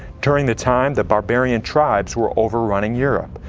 during the time the barbarian tribes were overrunning europe,